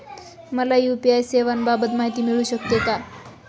मला यू.पी.आय सेवांबाबत माहिती मिळू शकते का?